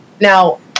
Now